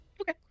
Okay